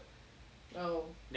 oh